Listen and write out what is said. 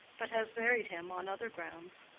but has married him on other grounds.